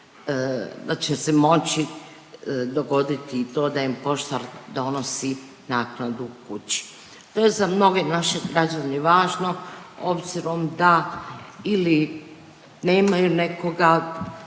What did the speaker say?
da će se moći dogoditi i to da im poštar donosi naknadu kući. To je za mnoge naše građane važno obzirom da ili nemaju nekoga